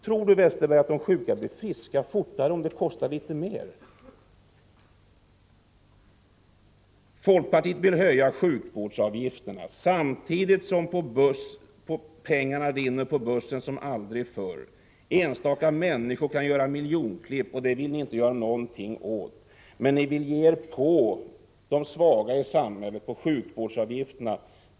Tror Bengt Westerberg att de sjuka blir friska fortare om det kostar dem litet mer? Folkpartiet vill höja sjukvårdsavgifterna samtidigt som pengarna rinner på börsen som aldrig förr. Enstaka människor kan göra miljonklipp, och det vill ni inte göra någonting åt. Men ni vill ge er på de svaga i samhället genom att höja sjukvårdsavgifterna.